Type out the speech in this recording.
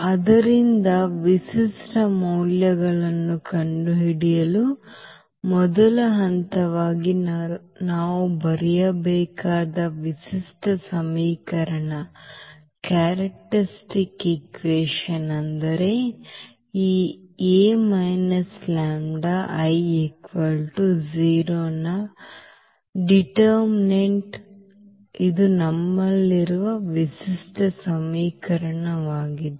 ಆದ್ದರಿಂದ ವಿಶಿಷ್ಟ ಮೌಲ್ಯಗಳನ್ನು ಕಂಡುಹಿಡಿಯಲು ಮೊದಲ ಹಂತವಾಗಿ ನಾವು ಬರೆಯಬೇಕಾದ ವಿಶಿಷ್ಟ ಸಮೀಕರಣ ಅಂದರೆ ಈ A λI 0 ನ ನಿರ್ಣಾಯಕ ಇದು ನಮ್ಮಲ್ಲಿರುವ ವಿಶಿಷ್ಟ ಸಮೀಕರಣವಾಗಿದೆ